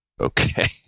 okay